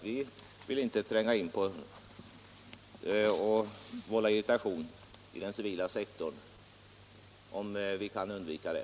Vi vill ju inte tränga in och vålla irritation i den civila sektorn om vi kan undvika det.